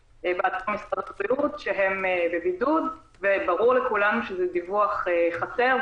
שהם בבידוד וברור לכולם שזה דיווח חסר,